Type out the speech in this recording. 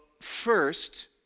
First